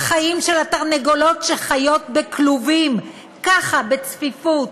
החיים של התרנגולות שחיות בכלובים, ככה בצפיפות.